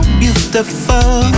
beautiful